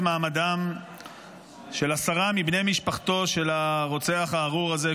מעמדם של עשרה מבני משפחתו של הרוצח הארור הזה,